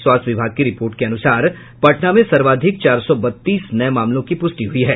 स्वास्थ्य विभाग की रिपोर्ट के अनुसार पटना में सर्वाधिक चार सौ बत्तीस नये मामलों की पुष्टि हुई है